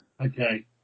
Okay